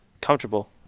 Comfortable